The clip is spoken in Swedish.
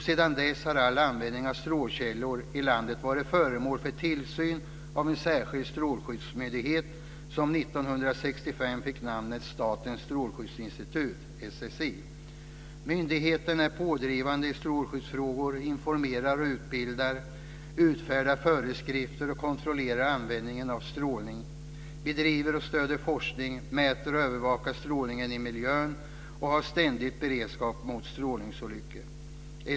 Sedan dess har all användning av strålkällor i landet varit föremål för tillsyn av en särskild strålskyddsmyndighet som 1965 fick namnet Statens strålskyddsinstitut, SSI. Myndigheten är pådrivande i strålskyddsfrågor, informerar och utbildar, utfärdar föreskrifter och kontrollerar användningen av strålning, bedriver och stöder forskning, mäter och övervakar strålning i miljön och har ständig beredskap mot strålningsolyckor.